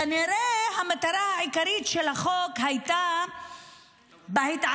כנראה המטרה העיקרית של החוק הייתה בהתעקשות